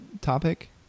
topic